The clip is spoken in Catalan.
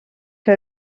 que